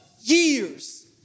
years